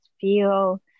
feel